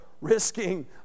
risking